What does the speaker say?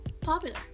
popular